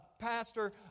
pastor